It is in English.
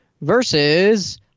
versus